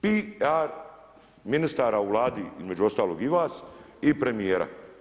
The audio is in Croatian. PR ministara u Vladi, između ostalog i vas i premijera.